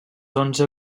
onze